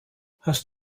hast